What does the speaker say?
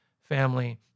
family